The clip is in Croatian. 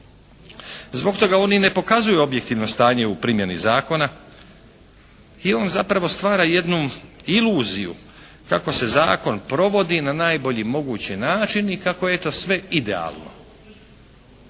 Zbog toga oni ne pokazuju objektivno stanje u primjeni zakona i on zapravo stvara jednu iluziju kako se zakon provodi na najbolji mogući način i kako je eto sve idealno.